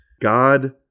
God